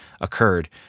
occurred